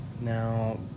now